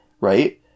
right